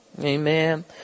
Amen